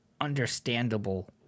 understandable